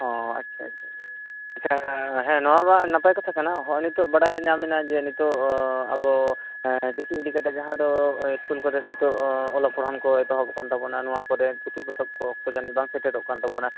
ᱳ ᱟᱪᱪᱷᱟ ᱟᱪᱪᱷᱟ ᱟᱪᱪᱷᱟ ᱦᱮᱸ ᱱᱚᱶᱟᱢᱟ ᱱᱟᱯᱟᱭ ᱠᱟᱛᱷᱟ ᱠᱟᱱᱟ ᱦᱚ ᱱᱤᱛᱚᱜ ᱵᱟᱰᱟᱭᱟ ᱧᱟᱢᱮᱱᱟ ᱡᱮ ᱱᱤᱛᱚᱜ ᱟᱵᱚ ᱮᱸ ᱪᱤᱠᱤ ᱤᱫᱤᱠᱟᱛᱮ ᱡᱟᱦᱟᱸᱫᱚ ᱤᱥᱠᱩᱞ ᱠᱚᱨᱮ ᱱᱤᱛᱚᱜ ᱚᱞᱚᱜ ᱠᱚ ᱯᱚᱲᱦᱚᱱ ᱠᱚ ᱮᱛᱚᱦᱚᱵᱚᱜ ᱠᱟᱱ ᱛᱟᱵᱚᱱᱟ ᱱᱚᱶᱟ ᱠᱚᱨᱮ ᱯᱩᱛᱷᱤ ᱯᱚᱛᱚᱵ ᱠᱚ ᱚᱠᱛᱚ ᱡᱟ ᱱᱤ ᱵᱟᱝ ᱥᱮᱴᱮᱨᱚᱜ ᱠᱟᱱ ᱛᱟᱵᱚᱱᱟ